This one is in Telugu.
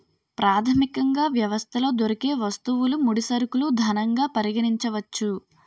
ప్రాథమికంగా వ్యవస్థలో దొరికే వస్తువులు ముడి సరుకులు ధనంగా పరిగణించవచ్చు